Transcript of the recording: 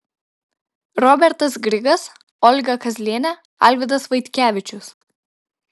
robertas grigas olga kazlienė alvydas vaitkevičius